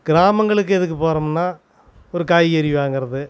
கிராமங்களுக்கு எதுக்கு போகிறோம்னா ஒரு காய்கறி வாங்குறது